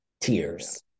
Tears